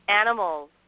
animals